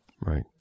Right